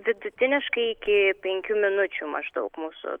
vidutiniškai iki penkių minučių maždaug mūsų